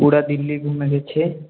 पूरा दिल्ली घुमैके छै